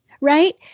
right